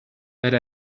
that